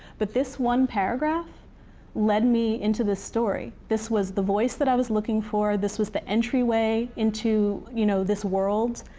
but this one paragraph led me into this story. this was the voice that i was looking for. this was the entryway into you know this world.